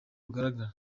bugaragara